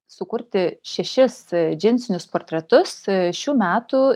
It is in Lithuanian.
sukurti šešis džinsinius portretus šių metų